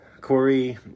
Corey